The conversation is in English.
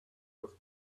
was